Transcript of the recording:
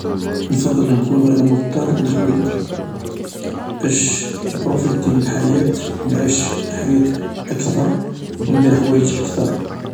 نفضل نكون غير مضطر نرقد باش نبروفيتي من الحياة و نعيش الحياة أكثر و ندير حوايج أكثر